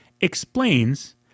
explains